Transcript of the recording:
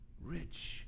rich